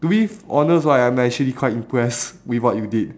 to be honest right I'm actually quite impress with what you did